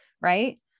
Right